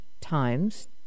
times